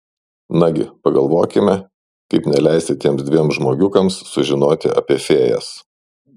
nagi pagalvokime kaip neleisti tiems dviem žmogiukams sužinoti apie fėjas